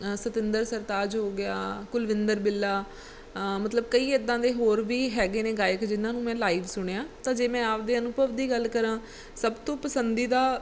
ਸਤਿੰਦਰ ਸਰਤਾਜ ਹੋ ਗਿਆ ਕੁਲਵਿੰਦਰ ਬਿੱਲਾ ਮਤਲਬ ਕਈ ਇੱਦਾਂ ਦੇ ਹੋਰ ਵੀ ਹੈਗੇ ਨੇ ਗਾਇਕ ਜਿਹਨਾਂ ਨੂੰ ਮੈਂ ਲਾਈਵ ਸੁਣਿਆ ਤਾਂ ਜੇ ਮੈਂ ਆਪਦੇ ਅਨੁਭਵ ਦੀ ਗੱਲ ਕਰਾਂ ਸਭ ਤੋਂ ਪਸੰਦੀਦਾ